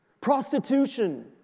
prostitution